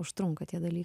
užtrunka tie dalykai